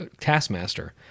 taskmaster